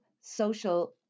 social